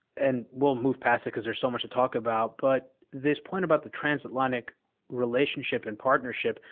and we'll move past it because there's so much to talk about, but this point about the transatlantic relationship and partnership.